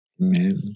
Amen